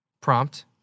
Prompt